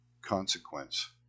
consequence